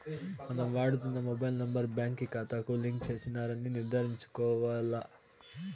మనం వాడుతున్న mobile number బాంకీ కాతాకు లింక్ చేసినారని నిర్ధారించుకోవాల్ల